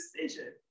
decision